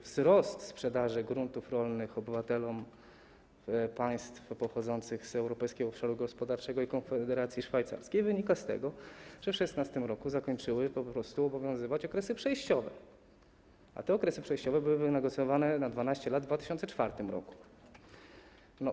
Wzrost sprzedaży gruntów rolnych obywatelom państw pochodzących z Europejskiego Obszaru Gospodarczego i Konfederacji Szwajcarskiej wynika z tego, że w 2016 r. przestały po prostu obowiązywać okresy przejściowe, a te okresy przejściowe były wynegocjowane na 12 lat w 2004 r.